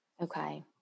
Okay